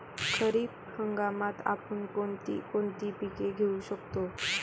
खरीप हंगामात आपण कोणती कोणती पीक घेऊ शकतो?